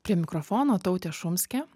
prie mikrofono tautė šumskė